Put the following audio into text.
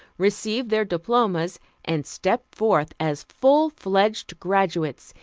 receive their diplomas and step forth as full-fledged graduates,